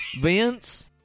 Vince